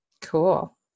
Cool